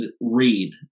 read